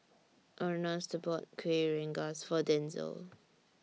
Ernest bought Kuih Rengas For Denzil